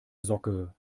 socke